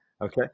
Okay